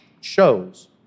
shows